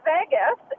Vegas